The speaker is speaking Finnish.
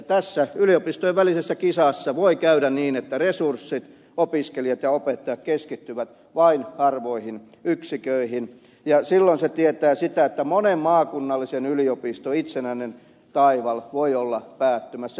tässä yliopistojen välisessä kisassa voi käydä niin että resurssit opiskelijat ja opettajat keskittyvät vain harvoihin yksiköihin ja silloin se tietää sitä että monen maakunnallisen yliopiston itsenäinen taival voi olla päättymässä